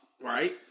right